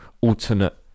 alternate